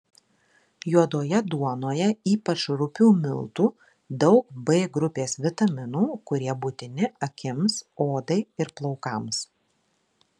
juodoje duonoje ypač rupių miltų daug b grupės vitaminų kurie būtini akims odai ir plaukams